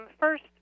first